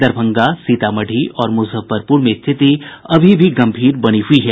दरभंगा सीतामढ़ी और मुजफ्फरपुर में स्थिति अभी भी गम्भीर बनी हुई है